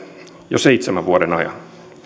jo seitsemän vuoden ajan